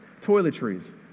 toiletries